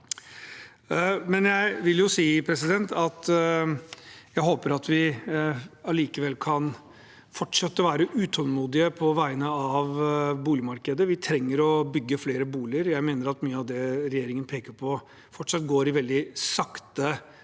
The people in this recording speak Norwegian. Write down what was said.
de samme systemene. Jeg håper vi likevel kan fortsette å være utålmodige på vegne av boligmarkedet. Vi trenger å bygge flere boliger. Jeg mener mye av det regjeringen peker på, fortsatt går i veldig sakte fart.